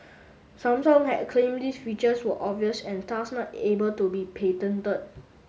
Samsung had claimed these features were obvious and thus not able to be patented